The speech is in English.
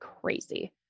crazy